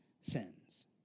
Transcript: sins